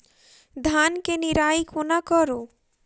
धान केँ निराई कोना करु?